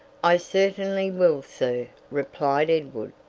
i certainly will, sir, replied edward.